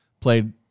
played